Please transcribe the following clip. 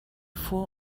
vor